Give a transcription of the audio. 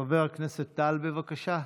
חבר הכנסת טל, בבקשה.